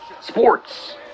Sports